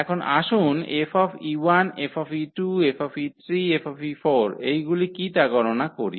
এখন আসুন 𝐹 𝐹 𝐹 𝐹 এইগুলি কী তা গণনা করি